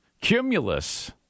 Cumulus